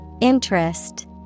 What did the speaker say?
Interest